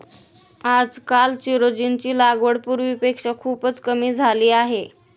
आजकाल चिरोंजीची लागवड पूर्वीपेक्षा खूपच कमी झाली आहे